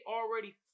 already